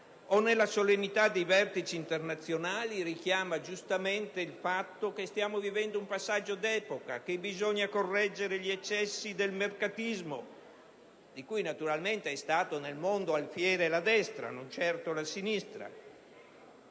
o nella solennità dei vertici internazionali, richiama giustamente il fatto che stiamo vivendo un passaggio d'epoca e che bisogna correggere gli eccessi del mercatismo (di cui naturalmente nel mondo è stata alfiere la destra, non certo la sinistra)